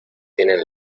tienen